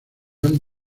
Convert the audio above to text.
han